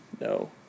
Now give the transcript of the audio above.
No